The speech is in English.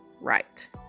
right